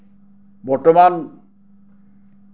বৰ্তমান